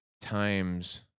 times